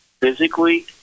physically